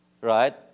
right